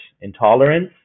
intolerance